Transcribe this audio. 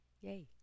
Yay